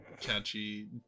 catchy